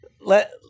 let